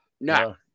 no